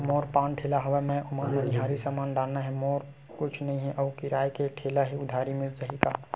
मोर पान ठेला हवय मैं ओमा मनिहारी समान डालना हे मोर मेर कुछ नई हे आऊ किराए के ठेला हे उधारी मिल जहीं का?